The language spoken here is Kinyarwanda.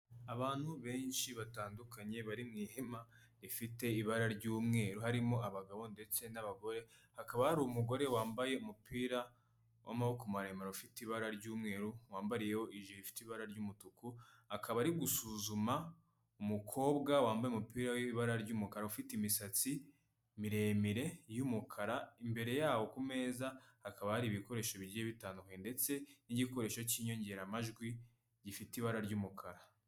Abantu benshi batandukanye bari mu ihema rifite ibara ry'umweru, harimo abagabo ndetse n'abagore, hakaba hari umugore wambaye umupira w'amaboko maremare ufite ibara ry'umweru, wambariyeho ijiri ifite ibara ry'umutuku, akaba ari gusuzuma umukobwa wambaye umupira w'ibara ry'umukara, ufite imisatsi miremire y'umukara, imbere yawo ku meza hakaba hari ibikoresho bigiye bitandukanye ndetse n'igikoresho cy'inyongeramajwi gifite ibara ry'umukara.